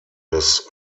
des